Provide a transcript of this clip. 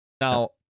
Now